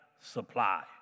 supply